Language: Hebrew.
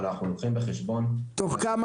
אבל אנחנו לוקחים בחשבון --- תוך כמה